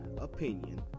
opinion